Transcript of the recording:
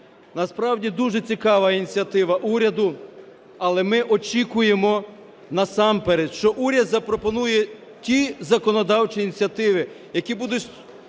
Насправді дуже цікава ініціатива уряду, але ми очікуємо насамперед, що уряд запропонує ті законодавчі ініціативи, які будуть